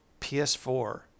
PS4